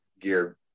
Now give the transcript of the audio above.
gear